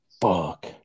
Fuck